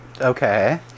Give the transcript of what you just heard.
Okay